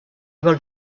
able